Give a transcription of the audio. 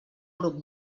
grup